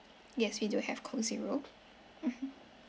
yes we do have coke zero mmhmm